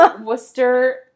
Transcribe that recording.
Worcester